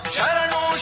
Sharanu